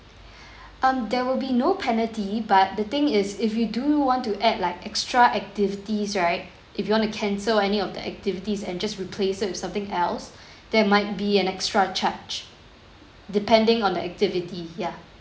um there will be no penalty but the thing is if you do want to add like extra activities right if you want to cancel any of the activities and just replace with something else there might be an extra charge depending on the activity ya